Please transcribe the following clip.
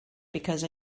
because